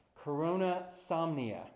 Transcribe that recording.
Corona-somnia